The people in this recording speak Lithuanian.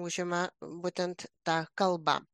užima būtent ta kalba